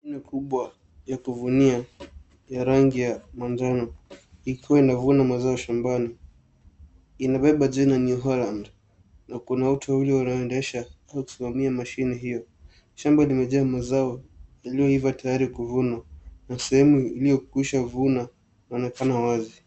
Mashine kubwa ya kuvunia ya rangi ya manjano ikiwa inavuna mazao shambani. Inabeba jina newholand na Kuna watu wawili wanao endesha wakisimamia mashine hiyo. Shamba limejaa mazao yaliyoiva tayari kuvunwa na sehemu iliyo kwisha vunwa inaonekana wazi.